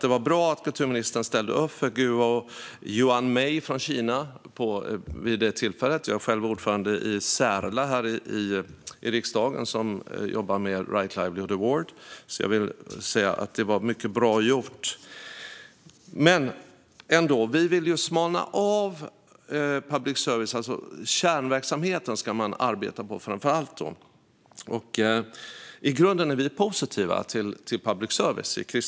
Det var bra att kulturministern ställde upp för Guo Jianmei från Kina vid det tillfället. Jag är ordförande i Särla här i riksdagen, som jobbar med Right Livelihood Award, och vill säga att det var mycket bra gjort. Vi vill smalna av public service. Man ska arbeta med framför allt kärnverksamheten. Kristdemokraterna är i grunden positiva till public service.